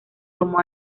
tomó